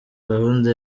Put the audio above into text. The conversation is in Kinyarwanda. gahunda